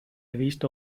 visto